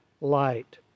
light